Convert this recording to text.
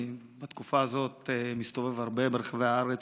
בתקופה הזאת אני מסתובב הרבה ברחבי הארץ